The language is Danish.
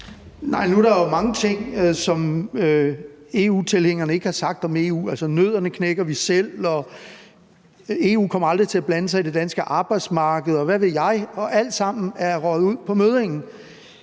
Nej, nu er der jo mange ting, som EU-tilhængerne ikke har sagt om EU. Altså, nødderne knækker vi selv, og EU kommer aldrig til at blande sig i det danske arbejdsmarked, og hvad ved jeg. Og alt sammen er røget ud på møddingen.